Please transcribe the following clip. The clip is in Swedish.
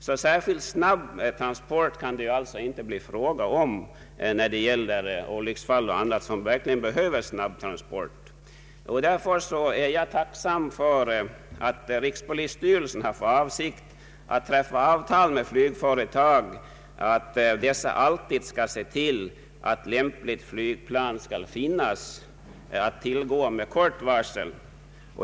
Så särskilt snabb transport kan det alltså inte bli fråga om ens när det gäller olycksfall och annat som kräver snabb transport. Därför är jag tacksam för att rikspolisstyrelsen har för avsikt att träffa avtal med flygföretag om att dessa alltid skall se till att lämpligt flygplan skall finnas att tillgå med kort varsel.